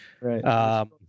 Right